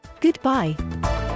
Goodbye